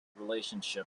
relationship